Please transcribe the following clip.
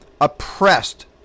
oppressed